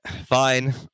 Fine